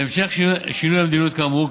בהמשך לשינוי המדיניות כאמור,